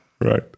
right